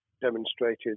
demonstrated